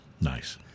Nice